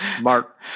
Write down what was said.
Mark